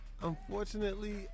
Unfortunately